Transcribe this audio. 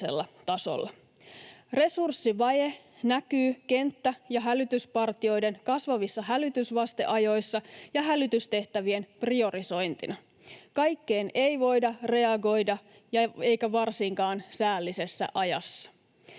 Resurssivaje näkyy kenttä‑ ja hälytyspartioiden kasvavissa hälytysvasteajoissa ja hälytystehtävien priorisointina. Kaikkeen ei voida reagoida eikä varsinkaan säällisessä ajassa.